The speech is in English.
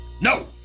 No